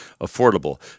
affordable